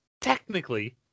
technically